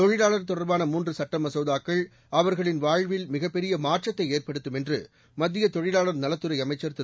தொழிலாளர் தொடர்பான மூன்று சட்ட மசோதாக்கள் அவர்களின் வாழ்வில் மிகப் பெரிய மாற்றத்தை ஏற்படுத்தும் என்று மத்திய தொழிலாளர் நலத்துறை அமைச்சர் திரு